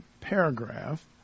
paragraph